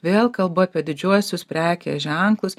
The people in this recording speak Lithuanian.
vėl kalbu apie didžiuosius prekės ženklus